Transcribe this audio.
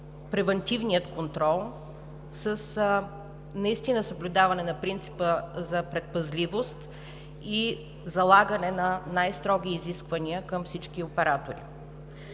превантивният контрол наистина със съблюдаване на принципа за предпазливост и залагане на най-строги изисквания към всички оператори.